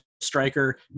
striker